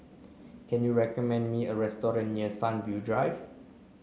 can you recommend me a restaurant near Sunview Drive